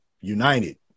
united